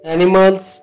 Animals